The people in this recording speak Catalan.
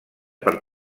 per